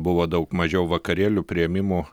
buvo daug mažiau vakarėlių priėmimų